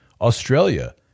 Australia